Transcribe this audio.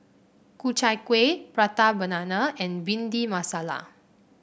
Ku Chai Kueh Prata Banana and Bhindi Masala